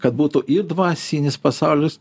kad būtų ir dvasinis pasaulis